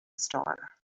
star